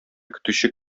көтүче